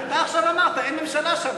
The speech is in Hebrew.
אתה עכשיו אמרת, אין ממשלה שם.